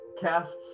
casts